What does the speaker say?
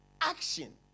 action